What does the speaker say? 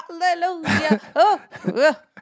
Hallelujah